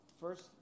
first